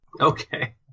Okay